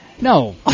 No